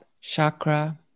chakra